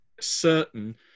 certain